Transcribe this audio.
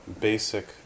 basic